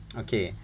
okay